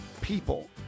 people